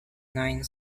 nine